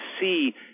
see